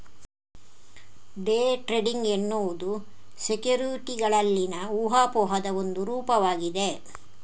day trading ಎನ್ನುವುದು ಸೆಕ್ಯುರಿಟಿಗಳಲ್ಲಿನ ಊಹಾಪೋಹದ ಒಂದು ರೂಪವಾಗಿದೆ